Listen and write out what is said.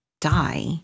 die